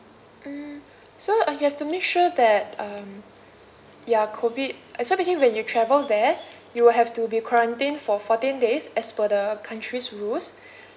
mm so uh you have to make sure that um ya COVID so basically when you travel there you will have to be quarantined for fourteen days as per the country's rules